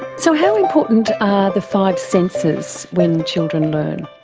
so how important are the five senses when the children learn?